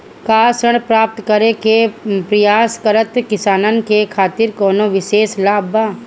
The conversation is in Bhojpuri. का ऋण प्राप्त करे के प्रयास करत किसानन के खातिर कोनो विशेष लाभ बा